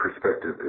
perspective